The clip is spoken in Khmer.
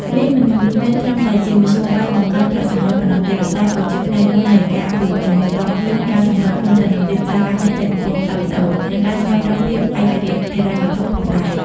នេះមិនមែនត្រឹមតែជាមធ្យោបាយបង្កើនប្រាក់ចំណូលប៉ុណ្ណោះទេ ប៉ុន្តែក៏ជាផ្នែកមួយនៃការអភិវឌ្ឍជំនាញផ្ទាល់ខ្លួន ការសម្របខ្លួនទៅនឹងទីផ្សារការងារដែលកំពុងផ្លាស់ប្តូរ និងការស្វែងរកភាពឯករាជ្យហិរញ្ញវត្ថុផងដែរ។